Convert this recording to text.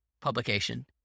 publication